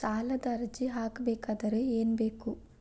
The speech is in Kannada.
ಸಾಲದ ಅರ್ಜಿ ಹಾಕಬೇಕಾದರೆ ಏನು ಬೇಕು?